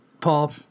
Paul